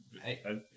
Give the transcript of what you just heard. Hey